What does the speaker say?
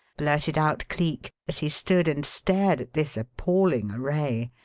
blurted out cleek, as he stood and stared at this appalling array.